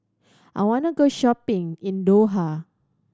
I want to go shopping in Doha